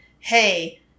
Hey